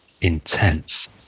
Intense